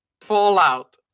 Fallout